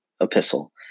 epistle